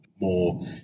more